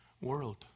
world